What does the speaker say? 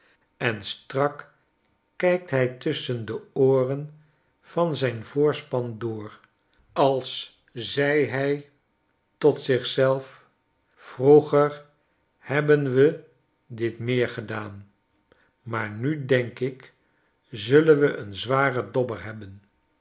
en strak kijkt hij tusschen de ooren van zijn voorspan door als zei hij tot zich zelf vroeger hebben we dit meergedaan maar nu denk ik zullen we een zwaren dobber hebben